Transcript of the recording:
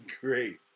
great